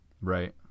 Right